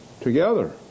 together